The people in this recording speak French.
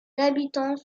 habitants